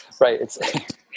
Right